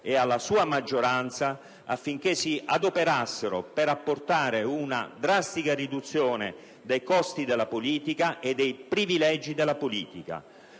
e alla sua maggioranze affinché si adoperassero per apportare una drastica riduzione dei costi e dei privilegi della politica.